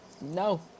No